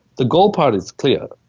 the goal part is clear.